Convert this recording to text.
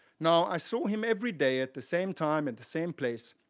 now, i saw him everyday at the same time and the same place,